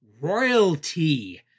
royalty